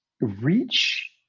reach